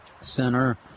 Center